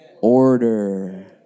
order